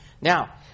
Now